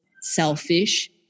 selfish